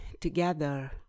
together